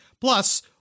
Plus